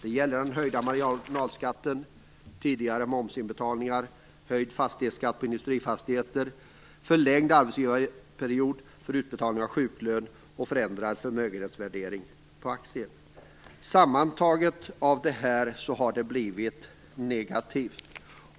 Det gäller den höjda marginalskatten, tidigare momsinbetalningar, höjd fastighetsskatt på industrifastigheter, förlängd arbetsgivarperiod för utbetalning av sjuklön och förändrad förmögenhetsvärdering på aktier. Sammantaget har allt det här blivit negativt.